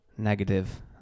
Negative